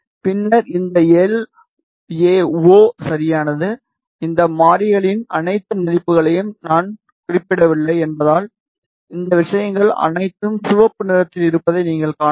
பின்னர் இந்த L O A சரியானது இந்த மாறிகளின் அனைத்து மதிப்புகளையும் நான் குறிப்பிடவில்லை என்பதால் இந்த விஷயங்கள் அனைத்தும் சிவப்பு நிறத்தில் இருப்பதை நீங்கள் காணலாம்